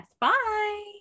bye